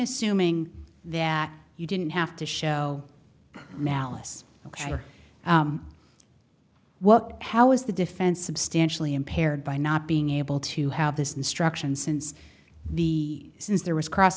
assuming that you didn't have to show malice what how is the defense substantially impaired by not being able to have this instruction since the since there was cross